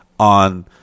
On